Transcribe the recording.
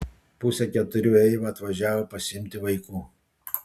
pusę keturių eiva atvažiavo pasiimti vaikų